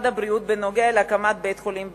הבריאות בעניין הקמת בית-חולים באשדוד,